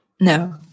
No